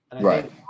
right